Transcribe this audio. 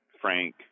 Frank